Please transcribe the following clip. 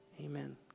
Amen